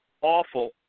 awful